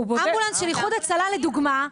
אמבולנס של איחוד הצלה לדוגמא,